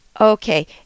Okay